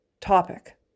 topic